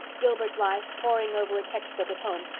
gilbert blythe, poring over a text book at home,